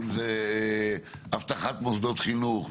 אם זה אבטחת מוסדות חינוך,